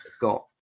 Got